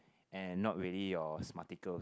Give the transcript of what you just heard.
and not really your smarticle